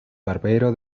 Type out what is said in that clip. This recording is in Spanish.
barbero